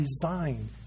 designed